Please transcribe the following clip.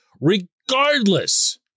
regardless